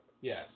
Yes